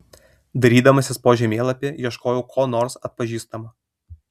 dairydamasi po žemėlapį ieškojau ko nors atpažįstamo